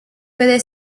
puede